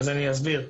אני אסביר.